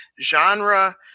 genre